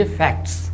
facts